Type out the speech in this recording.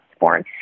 born